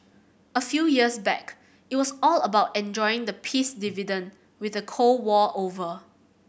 a few years back it was all about enjoying the 'peace dividend' with the Cold War over